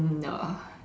no